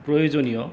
প্ৰয়োজনীয়